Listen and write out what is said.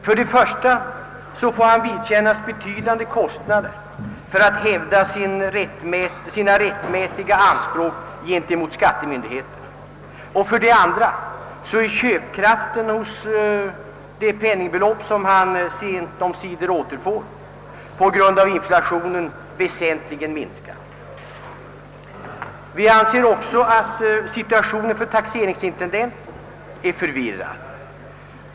För det första får han vidkännas betydande kostnader för att hävda sina rättmätiga anspråk gentemot skattemyn digheterna, och för det andra är köpkraften hos de pengar som han sent omsider återfår väsentligen minskad på grund av inflationen. Motionärerna anser också att situationen för taxeringsintendenten är förvirrad.